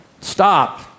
stop